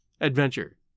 Adventure